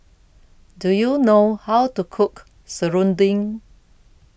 Do YOU know How to Cook Serunding